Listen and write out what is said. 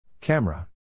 Camera